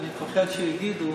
אני פוחד שגידו